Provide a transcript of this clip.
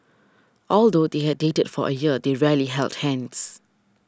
although they had dated for a year they rarely held hands